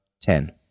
ten